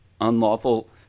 unlawful